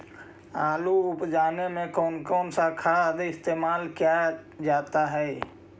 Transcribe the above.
आलू उप जाने में कौन कौन सा खाद इस्तेमाल क्या जाता है?